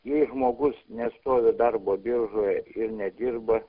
jei žmogus nestovi darbo biržoje ir nedirba